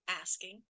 asking